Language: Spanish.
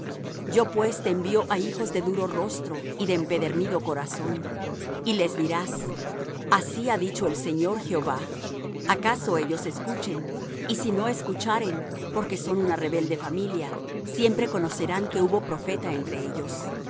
yo pues te envío á hijos de duro rostro y de empedernido corazón y les dirás así ha dicho el señor jehová acaso ellos escuchen y si no escucharen porque son una rebelde familia siempre conocerán que hubo profeta entre ellos